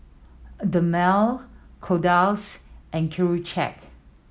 Dermale Kordel's and Accucheck